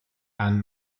anne